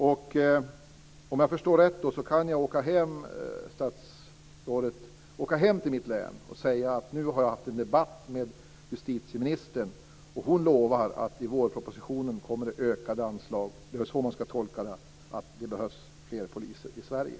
Om jag förstår rätt, statsrådet, kan jag åka hem till mitt län och säga att nu har jag haft en debatt med justitieministern och hon lovar att det kommer ökade anslag i vårpropositionen. Det är väl så man ska tolka detta att det behövs fler poliser i Sverige?